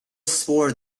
swore